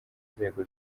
inzego